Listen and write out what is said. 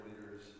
leaders